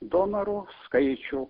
donorų skaičių